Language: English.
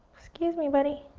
excuse me, buddy.